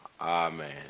Amen